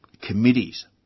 committees